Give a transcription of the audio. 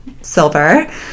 silver